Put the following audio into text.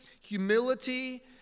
humility